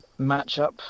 matchup